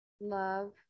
Love